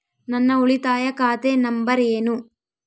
ನನ್ನ ಉಳಿತಾಯ ಖಾತೆ ನಂಬರ್ ಏನು?